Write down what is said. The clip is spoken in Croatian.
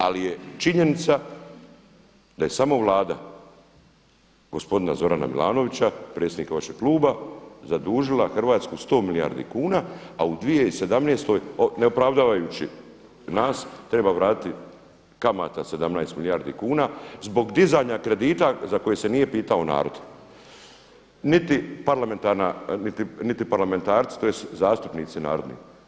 Ali je činjenica da je samo Vlada gospodina Zorana Milanovića predsjednika vašeg kluba zadužila Hrvatsku 100 milijardi kuna a u 2017. ne opravdajući nas treba vratiti kamata 17 milijardi kuna zbog dizanja kredita za koji se nije pitao narod niti parlamentarna, niti parlamentarci, tj. zastupnici narodni.